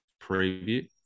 preview